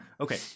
Okay